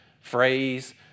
Phrase